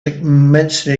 immensely